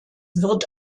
wird